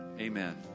amen